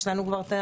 יש לנו מתורגמנים.